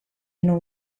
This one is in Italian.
non